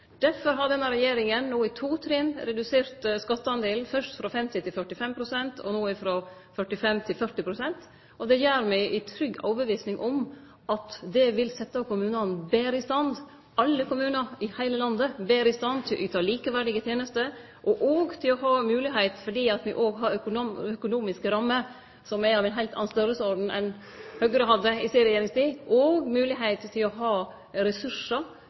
Derfor har denne regjeringa no i to trinn redusert skattedelen, fyrst frå 50 pst. til 45 pst. og no frå 45 pst. til 40 pst. Det gjer me i trygg overtyding om at det vil setje kommunane, alle kommunane i heile landet, betre i stand til å yte likeverdige tenester og òg til å ha moglegheit – fordi me òg har økonomiske rammer som er av ein heilt annan storleik enn det Høgre hadde i si regjeringstid – til å ha ressursar